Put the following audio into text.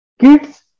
Kids